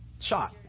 shot